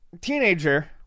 teenager